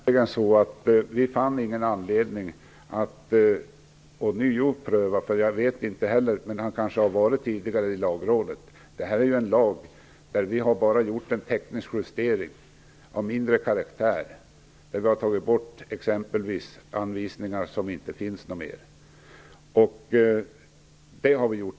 Fru talman! Vi fann ingen anledning att ånyo pröva detta. Jag vet inte om denna fråga har varit i Lagrådet tidigare. Detta är en lag där vi bara har gjort en teknisk justering av mindre karaktär. Vi har exempelvis tagit bort anvisningar. Den bedömningen har vi gjort.